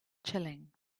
chilling